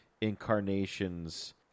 incarnations